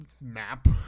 map